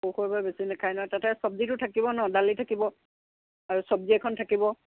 সৰু সৰুবোৰে বেছি নাখায় নহয় তাতে চব্জিটো থাকিব নহ্ দালি থাকিব আৰু চব্জি এখন থাকিব